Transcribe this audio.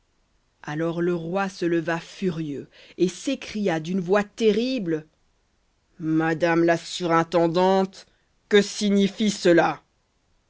alors le roi se leva furieux et s'écria d'une voix terrible madame la surintendante que signifie cela